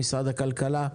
למשרד הכלכלה,